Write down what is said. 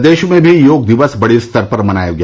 प्रदेश में भी योग दिव्स बड़े स्तर पर मनाया गया